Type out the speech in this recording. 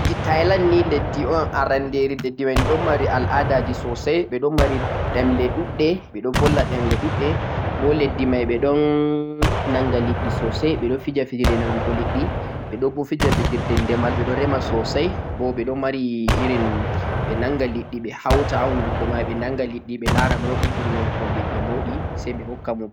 leddi Thailand ni leddi un aranderi ledde mai ɓe ɗo mari al'adaji sosai ɓe ɗo mari ɗemle ɗuɗɗe ɓe ɗo volla ɗemle ɗuɗɗe bo leddi mai ɓe ɗon nanga liɗɗi sosai ɓe fija fijirde nangugo liɗɗi ɓo ɗo bo fija fijirde ndemal ɓe no rema sosai bo ɓe ɗo mari irin ɓe nanga liɗɗi ɓe hauta ha hunduko mai, ɓe nanga liɗɗi ɓe la'ra moi un ɓuri nangugo liɗɗi mauɗi sai ɓe hokkamo